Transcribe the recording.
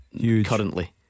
Currently